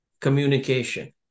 communication